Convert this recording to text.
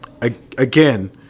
Again